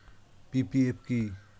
PPF কি?